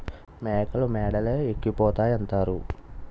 మేకలు మేడలే ఎక్కిపోతాయంతారు